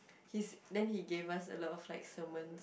he's then he gave us a lot of like sermon